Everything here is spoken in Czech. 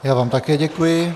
Já vám také děkuji.